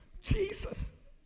Jesus